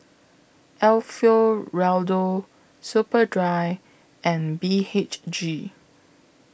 Alfio Raldo Superdry and B H G